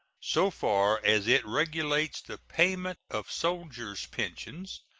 so far as it regulates the payment of soldiers' pensions.